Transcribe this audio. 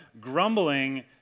Grumbling